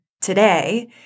today